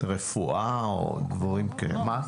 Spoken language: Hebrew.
רפואה --- לא.